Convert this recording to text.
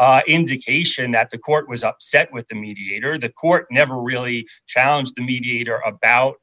no indication that the court was upset with the mediator the court never really challenged the mediator about